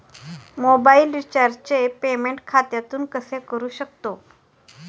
Mobile रिचार्जचे payment खात्यातून कसे करू शकतो?